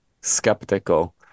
skeptical